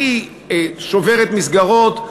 הכי שוברת מסגרות,